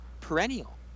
perennial